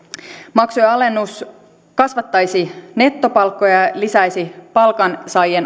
maksujen alennus kasvattaisi nettopalkkoja ja lisäisi palkansaajien